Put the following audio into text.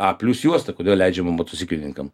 a plius juosta kodėl leidžiama motociklininkam